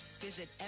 Visit